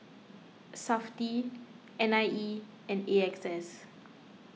S A F T I N I E and A X S